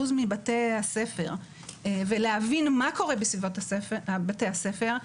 מבתי הספר ולהבין מה קורה בסביבת בתי הספר,